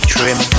Trim